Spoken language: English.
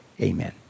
Amen